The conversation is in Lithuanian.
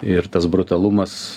ir tas brutalumas